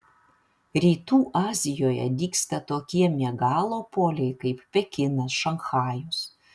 rytų azijoje dygsta tokie megalopoliai kaip pekinas šanchajus